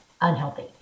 unhealthy